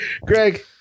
Greg